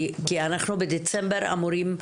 כי אנחנו בדצמבר אמורים,